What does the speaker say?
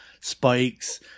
spikes